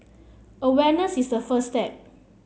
awareness is the first step